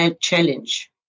challenge